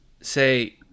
say